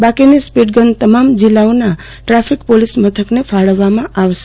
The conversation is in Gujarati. બાકીની સ્પીડ ગન તમામ જિલ્લાઓના ટ્રાફિક પોલીસ મથકને ફાળવવામાં આવશે